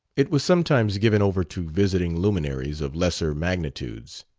it was sometimes given over to visiting luminaries of lesser magnitudes.